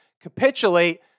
capitulate